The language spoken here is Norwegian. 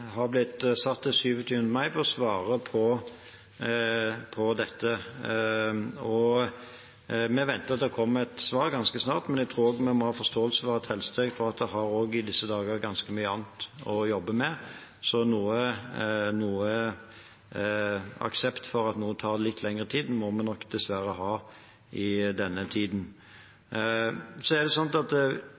Vi venter at det kommer et svar ganske snart, men jeg tror vi må ha forståelse for at Helsedirektoratet i disse dager har ganske mye annet å jobbe med, så noe aksept for at det tar litt lengre tid, må vi nok dessverre ha i denne tiden. Logopeder som jobber i helse- og omsorgstjenesten er omfattet av det